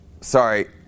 sorry